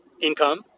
income